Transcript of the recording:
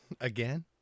Again